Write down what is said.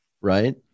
right